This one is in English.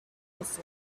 was